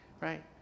right